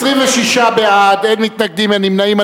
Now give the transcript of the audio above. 26 בעד, אין מתנגדים, אין נמנעים.